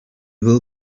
will